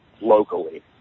locally